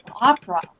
opera